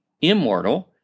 immortal